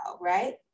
right